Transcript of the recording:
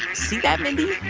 see that, mindy?